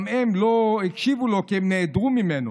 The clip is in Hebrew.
גם הם לא הקשיבו לו כי הם נעדרו ממנו,